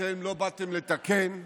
אתם לא באתם לתקן,